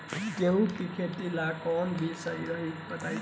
गेहूं के खेती ला कोवन बीज सही रही बताई?